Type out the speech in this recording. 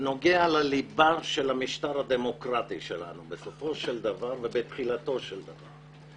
הוא נוגע לליבה של המשטר הדמוקרטי שלנו בסופו של דבר ובתחילתו של דבר.